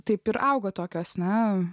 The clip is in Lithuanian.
taip ir auga tokios na